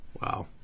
Wow